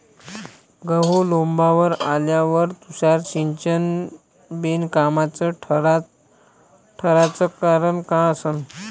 गहू लोम्बावर आल्यावर तुषार सिंचन बिनकामाचं ठराचं कारन का असन?